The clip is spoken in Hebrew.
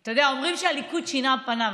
אתה יודע, אומרים שהליכוד שינה את פניו.